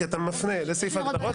כי אתה מפנה לסעיף ההגדרות,